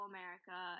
America